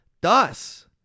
Thus